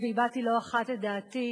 והבעתי לא אחת את דעתי,